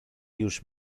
już